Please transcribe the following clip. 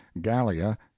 gallia